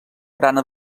barana